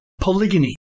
polygyny